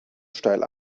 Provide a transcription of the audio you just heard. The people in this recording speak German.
steil